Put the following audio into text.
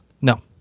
No